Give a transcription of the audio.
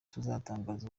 tuzatangaza